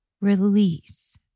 release